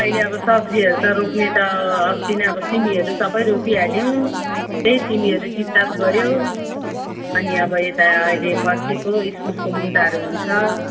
अहिले अब सब्जीहरू त रोप्ने त अस्ति नै अब सिमीहरू सबै रोपीहाल्यौँ त्यही सिमीहरू टिपटाप गऱ्यो अनि अब यता अहिले फर्सीको इस्कुसको मुन्टाहरू हुन्छ